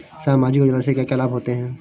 सामाजिक योजना से क्या क्या लाभ होते हैं?